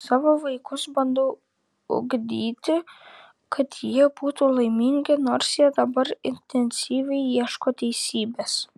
savo vaikus bandau ugdyti kad jie būtų laimingi nors jie dabar intensyviai ieško teisybės